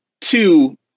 two